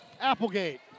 Applegate